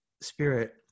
spirit